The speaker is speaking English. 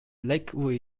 lakewood